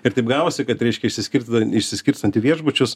ir taip gavosi kad reiškia išsiskirstyda išsiskirstant į viešbučius